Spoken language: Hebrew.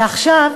ועכשיו,